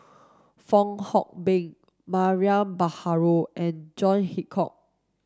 Fong Hoe Beng Mariam Baharom and John Hitchcock